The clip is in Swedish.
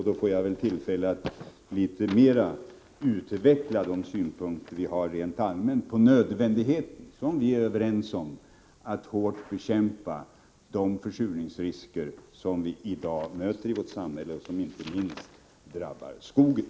Då får jag tillfälle att litet mer utveckla de rent allmänna synpunkter som vi är överens om och som gäller nödvändigheten av att hårt bekämpa de försurningsrisker som vi i dag möter i vårt samhälle och som inte minst drabbar skogen.